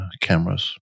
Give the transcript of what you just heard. cameras